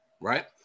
right